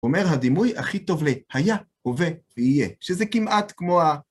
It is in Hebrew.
אומר הדימוי הכי טוב להיה הווה ויהיה, שזה כמעט כמו ה...